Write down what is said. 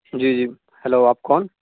جی جی ہلو آپ کون